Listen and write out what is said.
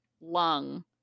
lung